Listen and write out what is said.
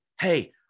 hey